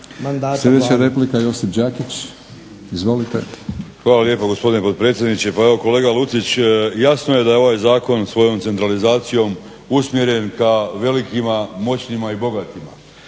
Sljedeća replika, Josip Đakić. Izvolite. **Đakić, Josip (HDZ)** Hvala lijepo gospodine potpredsjedniče. Pa evo, kolega Lucić jasno je da je ovaj zakon svojom centralizacijom usmjeren ka velikima, moćnima i bogatima.